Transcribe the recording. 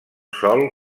sòl